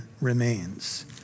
remains